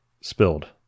spilled